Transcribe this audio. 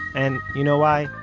and you know why?